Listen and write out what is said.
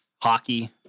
hockey